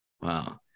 Wow